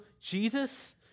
Jesus